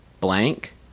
Blank